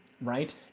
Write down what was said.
Right